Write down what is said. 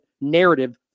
narrative